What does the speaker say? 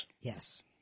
Yes